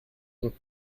und